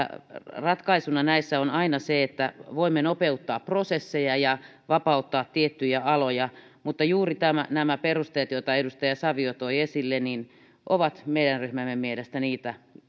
ratkaisuna näissä on aina se että voimme nopeuttaa prosesseja ja vapauttaa tiettyjä aloja mutta juuri nämä perusteet joita edustaja savio toi esille ovat meidän ryhmämme mielestä niitä